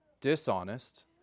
dishonest